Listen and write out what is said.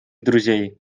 друзей